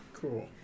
Cool